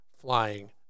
flying